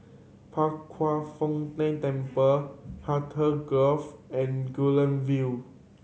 Pao Kwan Foh Tang Temple Hartley Grove and Guilin View